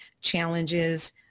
challenges